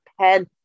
pen